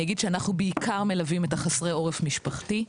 אני אגיד שאנחנו בעיקר מלווים את חסרי העורף המשפחתי.